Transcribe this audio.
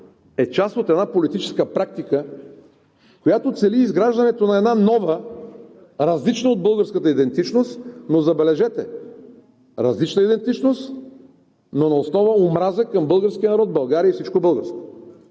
е част от политическа практика, която цели изграждането на нова, различна от българската идентичност, забележете, различна идентичност, но на основа омраза към българския народ, България и всичко българско